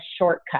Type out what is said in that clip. shortcut